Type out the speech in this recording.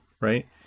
right